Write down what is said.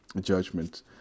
judgment